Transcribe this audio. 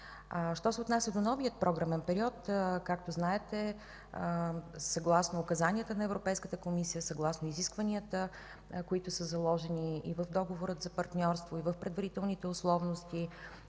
Що се отнася до новия програмен период, както знаете, съгласно указанията на Европейската комисия съгласно изискванията, заложени и в Договора за партньорство, и в предварителните условности,